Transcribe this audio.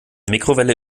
mikrowelle